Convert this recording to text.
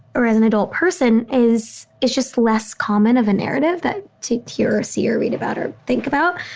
or as an adult person, is is just less common of a narrative that to hear or see or read about or think about.